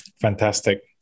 Fantastic